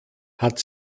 hat